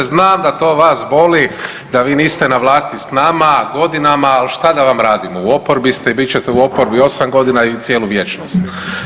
Znam da to vas boli da vi niste na vlasti s nama godinama, ali šta da vam radimo u oporbi i bit ćete u oporbi osam godina i cijelu vječnost.